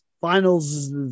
finals